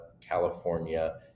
California